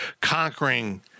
conquering